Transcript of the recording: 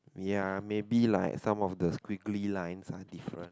ya maybe like some of the squiggly lines are different